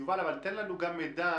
יובל, תן לנו גם מידע.